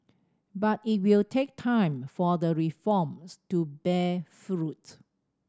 but it will take time for the reforms to bear fruit